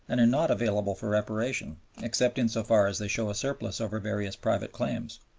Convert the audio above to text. and are not available for reparation except in so far as they show a surplus over various private claims.